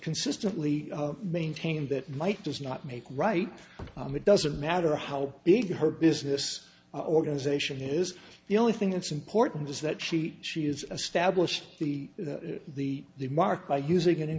consistently maintained that might does not make right it doesn't matter how big her business organization is the only thing that's important is that she she is a stablished the the the mark by using it in